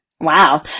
Wow